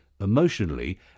emotionally